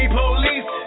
police